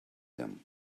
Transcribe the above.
him